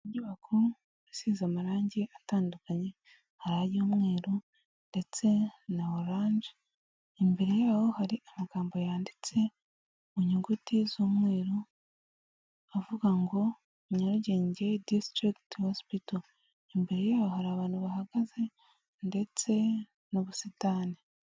Inyubako isize amarangi atandukanye hari ay'umweru ndetse na oranje, imbere yaho hari amagambo yanditse mu nyuguti z'umweru avuga ngo: "Nyarugenge District Hospital" imbere yaho hari abantu bahagaze ndetse n'ubusitani.